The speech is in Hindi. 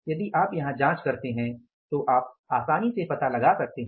यदि आप यहां जाँच करते हैं तो आप आसानी से पता लगा सकते हैं